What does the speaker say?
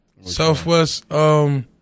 Southwest